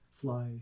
fly